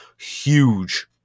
huge